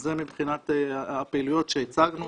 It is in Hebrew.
זה מבחינת הפעילויות שהצגנו